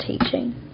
teaching